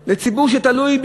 על ציבור שתלוי,